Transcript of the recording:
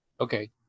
Okay